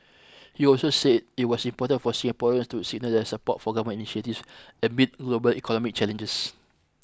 he also said it was important for Singaporeans to signal their support for government initiatives amid global economic challenges